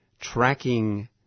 tracking